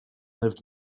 lived